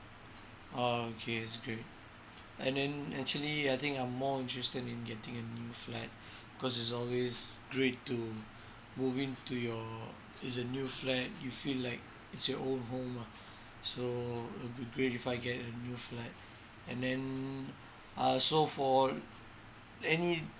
oh okay it's great and then actually I think I'm more interested in getting a new flat because it's always great to move into your it's a new flat you feel like it's your own home ah so it'll be great if I get a new flat and then uh so for any